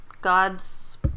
God's